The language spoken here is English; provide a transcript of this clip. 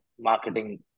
marketing